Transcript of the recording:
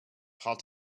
hot